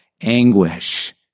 anguish